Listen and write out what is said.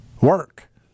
Work